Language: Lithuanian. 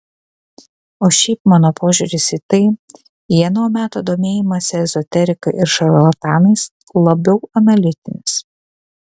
o šiaip mano požiūris į tai į ano meto domėjimąsi ezoterika ir šarlatanais labiau analitinis